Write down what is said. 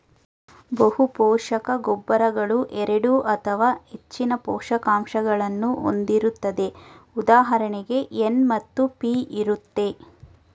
ಬಹುಪೋಷಕ ಗೊಬ್ಬರಗಳು ಎರಡು ಅಥವಾ ಹೆಚ್ಚಿನ ಪೋಷಕಾಂಶಗಳನ್ನು ಹೊಂದಿರುತ್ತದೆ ಉದಾಹರಣೆಗೆ ಎನ್ ಮತ್ತು ಪಿ ಇರುತ್ತೆ